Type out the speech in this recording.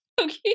okay